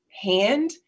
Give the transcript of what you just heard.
hand